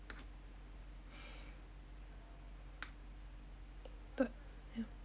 but ya